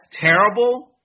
terrible